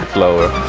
lower